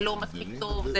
זה לא מספיק טוב.